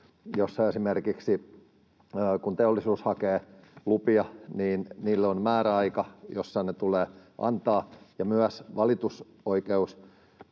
joissa esimerkiksi kun teollisuus hakee lupia, niin niille on määräaika, jossa ne tulee antaa. Myös valitusoikeus